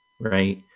right